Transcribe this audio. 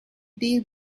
deal